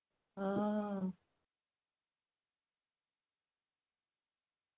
um